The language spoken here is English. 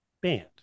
band